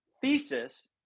thesis